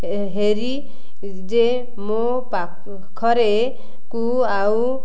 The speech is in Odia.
ହେରି ଯେ ମୋ ପାଖରେ କୁ ଆଉ